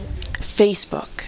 Facebook